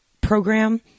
program